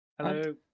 Hello